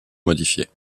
modifiés